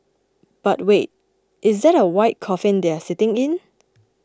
but wait is that a white coffin they are sitting in